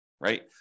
right